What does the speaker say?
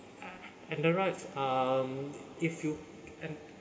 and then right um if you and